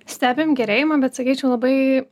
stebim gerėjimą bet sakyčiau labai